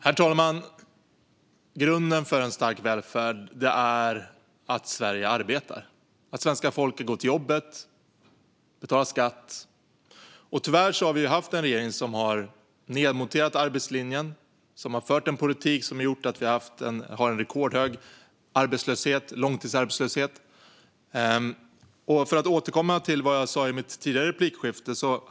Herr talman! Grunden för en stark välfärd är att Sverige arbetar - att svenska folket går till jobbet och betalar skatt. Tyvärr har vi haft en regering som har nedmonterat arbetslinjen och som har fört en politik som har gjort att vi har en rekordhög långtidsarbetslöshet. Jag ska återkomma till det som jag sa i mitt tidigare replikskifte.